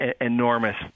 enormous